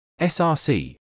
src